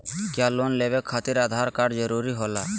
क्या लोन लेवे खातिर आधार कार्ड जरूरी होला?